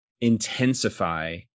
intensify